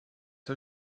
her